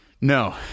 No